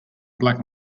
black